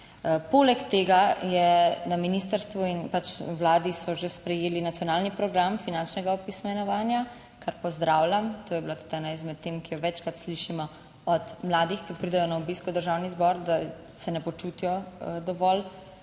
Poleg tega je na ministrstvu in pač v vladi so že sprejeli nacionalni program finančnega opismenjevanja, kar pozdravljam. To je bila tudi ena izmed tem, ki jo večkrat slišimo od mladih, ki pridejo na obisk v Državni zbor, da se ne počutijo dovolj